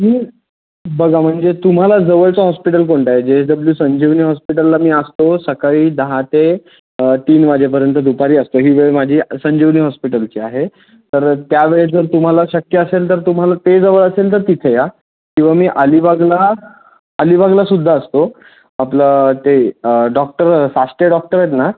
मी बघा म्हणजे तुम्हाला जवळचं हॉस्पिटल कोणतं आहे जे एस डब्ल्यू संजीवनी हॉस्पिटलला मी असतो सकाळी दहा ते तीन वाजेपर्यंत दुपारी असतो ही वेळ माझी संजीवनी हॉस्पिटलची आहे तर त्यावेळेस जर तुम्हाला शक्य असेल तर तुम्हाला ते जवळ असेल तर तिथे या किंवा मी अलिबागला अलिबागला सुद्धा असतो आपलं ते डॉक्टर साश्टे डॉक्टर आहेत ना